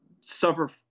suffer